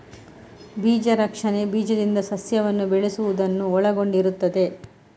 ಬೀಜ ರಕ್ಷಣೆ ಬೀಜದಿಂದ ಸಸ್ಯವನ್ನು ಬೆಳೆಸುವುದನ್ನು ಒಳಗೊಂಡಿರುತ್ತದೆ